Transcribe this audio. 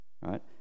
right